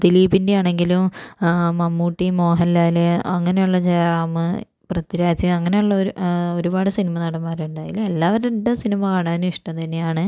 ദിലീപിൻ്റെ ആണെങ്കിലും മമ്മൂട്ടി മോഹൻലാൽ അങ്ങനെയുള്ള ജയറാം പൃഥ്വിരാജ് അങ്ങനെയുള്ള ഒരു ഒരുപാട് സിനിമാ നടന്മാരുണ്ട് അതിൽ എല്ലാവരുടെ സിനിമ കാണാനും ഇഷ്ടം തന്നെയാണ്